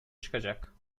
çıkacak